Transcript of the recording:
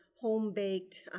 home-baked